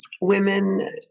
women